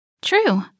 True